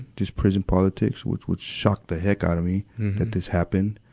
just prison politics, which, which shocked the heck outta me that this happened.